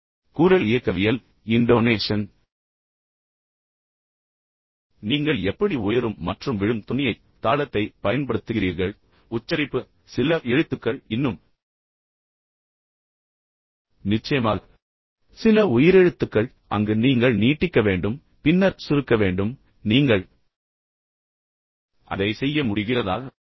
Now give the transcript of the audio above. இப்போது குரல் இயக்கவியல் இன்டோனேஷன் எனவே நீங்கள் எப்படி உயரும் மற்றும் விழும் தொனியை தாளத்தை பயன்படுத்துகிறீர்கள் எனவே உச்சரிப்பு சில எழுத்துக்கள் இன்னும் நிச்சயமாக பின்னர் சில உயிரெழுத்துக்கள் அங்கு நீங்கள் நீட்டிக்க வேண்டும் பின்னர் சுருக்க வேண்டும் எனவே நீங்கள் அதை செய்ய முடிகிறதா